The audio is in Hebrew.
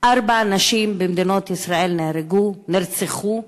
ארבע נשים במדינת ישראל נהרגו, נרצחו: